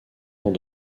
dans